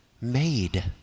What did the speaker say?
made